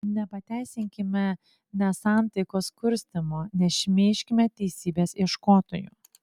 nepateisinkime nesantaikos kurstymo nešmeižkime teisybės ieškotojų